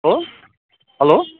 hello